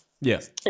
Yes